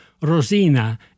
Rosina